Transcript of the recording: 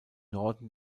norden